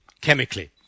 chemically